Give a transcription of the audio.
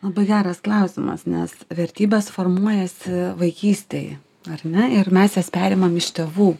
labai geras klausimas nes vertybės formuojasi vaikystėje ar ne ir mes jas perimam iš tėvų